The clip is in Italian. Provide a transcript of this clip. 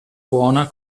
buona